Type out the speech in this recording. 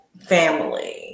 family